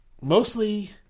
mostly